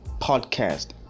podcast